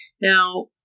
Now